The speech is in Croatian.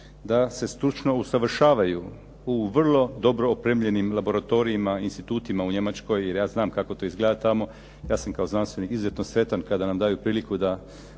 da se stručno usavršavaju u vrlo dobro opremljenim laboratorijima, institutima u Njemačkoj, jer ja znam kako to izgleda tamo. Ja sam kao znanstvenik izuzetno sretan kada nam daju priliku da